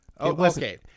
Okay